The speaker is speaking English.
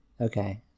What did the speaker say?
Okay